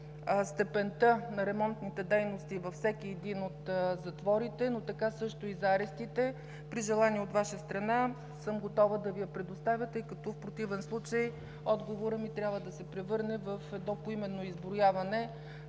за степента на ремонтните дейности във всеки един от затворите, но така също и за арестите. При желание от Ваша страна съм готова да Ви я предоставя, тъй като в противен случай отговорът ми трябва да се превърне в едно поименно изброяване